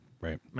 Right